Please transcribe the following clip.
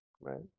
right